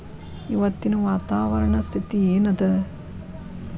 ಇವತ್ತಿನ ವಾತಾವರಣ ಸ್ಥಿತಿ ಏನ್ ಅದ?